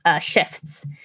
shifts